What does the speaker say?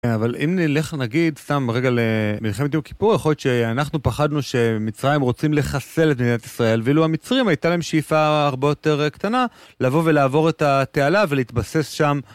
אבל אם נלך נגיד סתם רגע למלחמת יום כיפור יכול להיות שאנחנו פחדנו שמצרים רוצים לחסל את מדינת ישראל, ואילו המצרים הייתה להם שאיפה הרבה יותר קטנה לבוא ולעבור את התעלה ולהתבסס שם.